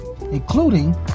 including